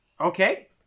Okay